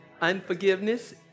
unforgiveness